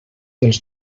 dels